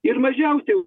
ir mažiausiai jau